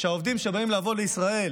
שהעובדים שבאים לעבוד בישראל